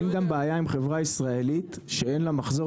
אין בעיה עם חברה ישראלית שאין לה מחזור